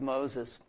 Moses